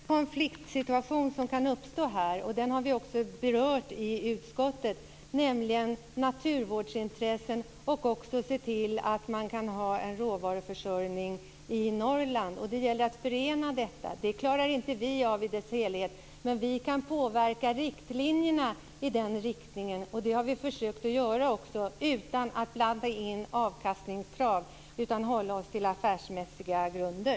Fru talman! Det kan uppstå en konfliktsituation här, vilket vi i utskottet också har berört. Det gäller naturvårdsintressen samtidigt som man skall se till att det finns en råvaruförsörjning i Norrland. Dessa intressen måste förenas, och det klarar vi inte av. Men vi kan påverka i den riktningen, och det har vi försökt att göra utan att blanda in avkastningskrav. Vi har hållit oss till affärsmässiga grunder.